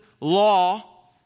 law